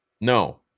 No